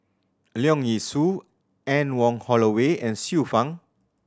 Leong Yee Soo Anne Wong Holloway and Xiu Fang